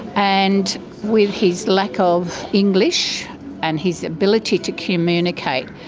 and with his lack of english and his ability to communicate,